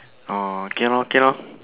oh okay lor okay lor